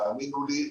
תאמינו לי,